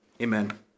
Amen